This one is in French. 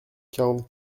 quarante